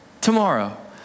tomorrow